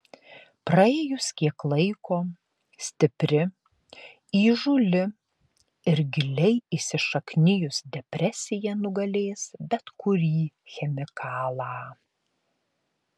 praėjus kiek laiko stipri įžūli ir giliai įsišaknijus depresija nugalės bet kurį chemikalą